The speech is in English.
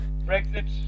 Brexit